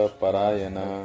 parayana